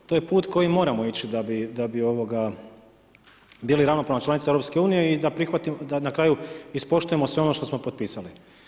To je put kojim moramo ići da bi bili ravnopravna članica EU i da na kraju ispoštujemo sve ono što smo potpisali.